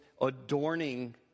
adorning